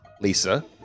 Lisa